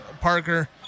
Parker